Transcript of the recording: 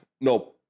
No